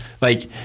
Like-